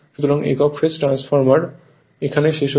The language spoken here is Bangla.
সুতরাং একক ফেজ ট্রান্সফরমার এখানেই শেষ হয়েছে